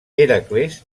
hèracles